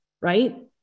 right